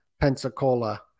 pensacola